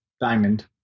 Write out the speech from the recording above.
Diamond